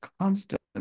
constant